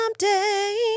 Someday